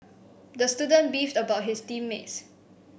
the student beefed about his team mates